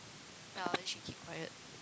ya then she keep quiet